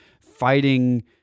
fighting